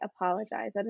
apologize